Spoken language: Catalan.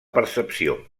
percepció